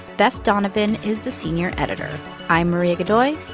beth donovan is the senior editor i'm maria godoy.